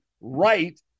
right